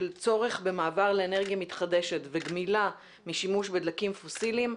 שלצורך במעבר לאנרגיה מתחדשת וגמילה משימוש בדלקים פוסילים,